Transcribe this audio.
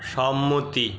সম্মতি